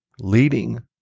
Leading